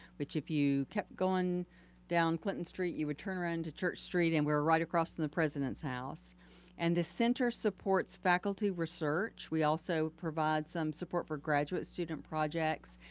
which if you kept going down clinton street, you would turn around to church street and we're right across from and the president's house and the center supports faculty research. we also provide some support for graduate student projects,